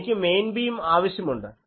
കാരണം എനിക്ക് main beam ആവശ്യമുണ്ട്